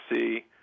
see